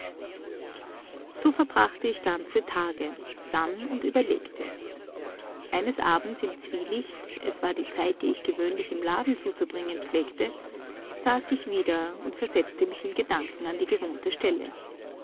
so verbrachte ich ganze tage sann und überlegte eines abends im zwielicht es war die zeit die ich gewöhnlich im laden zuzubringen pflegte saß ich wieder und versetzte mich in gedanken an die gewohnte stelle